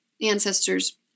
ancestors